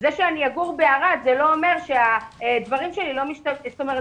זה שאני אגור בערד לא אומר -- -זאת אומרת